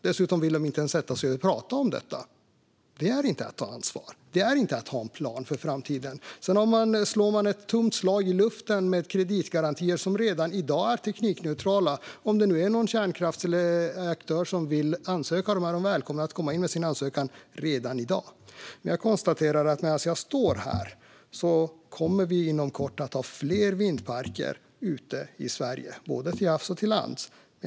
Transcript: Dessutom vill de inte ens sätta sig och prata om det. Detta är inte att ta ansvar eller att ha en plan för framtiden. Sedan slår man ett tomt slag i luften när det gäller kreditgarantier, som redan i dag är teknikneutrala. Om det finns någon kärnkraftsaktör som vill ansöka är de välkomna med sin ansökan redan i dag. Jag konstaterar att vi inom kort kommer att ha fler vindkraftsparker i Sverige, både till havs och på land.